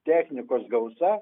technikos gausa